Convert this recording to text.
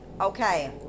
Okay